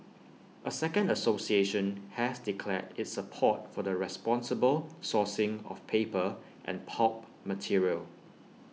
A second association has declared its support for the responsible sourcing of paper and pulp material